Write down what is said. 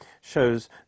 shows